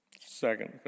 second